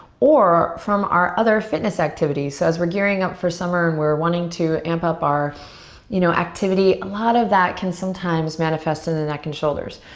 or from our other fitness activities. so as we're gearing up for summer and we're wanting to amp up our you know activity, a lot of that can sometimes manifest in the neck and shoulders.